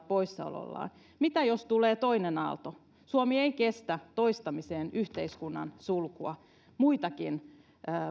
poissaolollaan mitä jos tulee toinen aalto suomi ei kestä toistamiseen yhteiskunnan sulkua muitakin